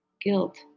Guilt